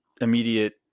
immediate